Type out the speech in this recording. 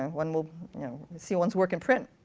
one will see one's work in print.